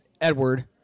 Edward